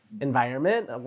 environment